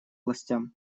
властям